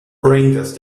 ranges